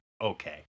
Okay